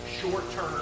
short-term